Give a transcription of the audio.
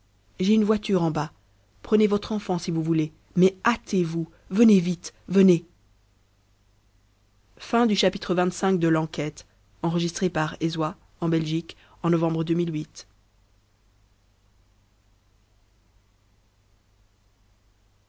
j'ai une voiture en bas prenez votre enfant si vous voulez mais hâtez-vous venez vite venez